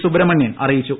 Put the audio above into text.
സുബ്രഹ്മണ്യൻ അറിയിച്ചു